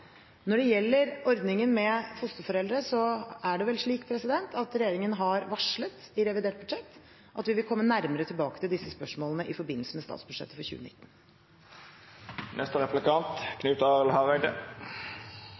Når det gjelder ordningen for fosterforeldre, er det vel slik at regjeringen i revidert budsjett har varslet at vi vil komme nærmere tilbake til disse spørsmålene i forbindelse med statsbudsjettet for 2019.